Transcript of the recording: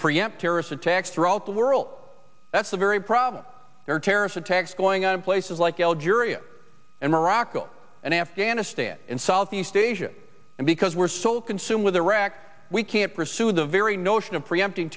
preempt terrorist attacks throughout the world that's the very problem there are terrorist attacks going on in places like algeria and morocco and afghanistan in southeast asia and because we're so consumed with iraq we can't pursue the very notion of preempti